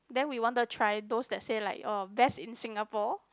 then we wanted try those that say like orh best in Singapore